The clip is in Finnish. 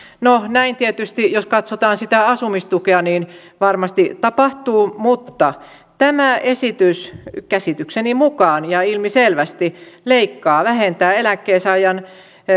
näin tietysti jos katsotaan sitä asumistukea varmasti tapahtuu mutta tämä esitys käsitykseni mukaan ja ilmiselvästi leikkaa vähentää eläkkeensaajan